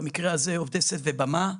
במקרה הזה עובדי סט ובמה,